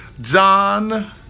John